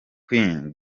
queen